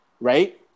right